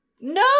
No